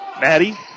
Maddie